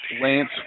Lance